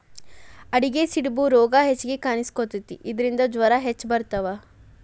ಆಡಿಗೆ ಸಿಡುಬು ರೋಗಾ ಹೆಚಗಿ ಕಾಣಿಸಕೊತತಿ ಇದರಿಂದ ಜ್ವರಾ ಹೆಚ್ಚ ಬರತಾವ